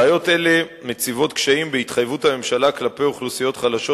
בעיות אלה מציבות קשיים בהתחייבות הממשלה כלפי אוכלוסיות חלשות,